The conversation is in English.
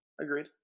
agreed